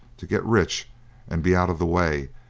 to get rich and be out of the way,